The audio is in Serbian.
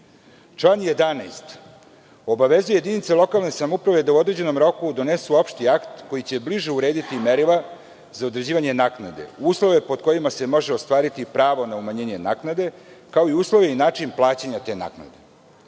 11. obavezuje jedinice lokalne samouprave da u određenom roku donesu opšti akt koji će bliže urediti merila za određivanje naknade, uslove pod kojima se može ostvariti pravo na umanjenje naknade, kao i uslove i način plaćanja te naknade. Agencija